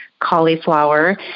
cauliflower